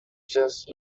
just